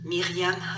Miriam